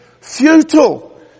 futile